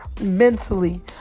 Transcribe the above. mentally